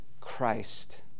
Christ